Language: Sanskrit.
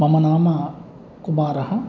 मम नाम कुमारः